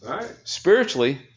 Spiritually